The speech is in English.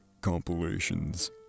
compilations